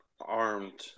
Armed